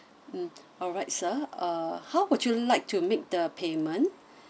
mm alright sir uh how would you like to make the payment